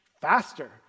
faster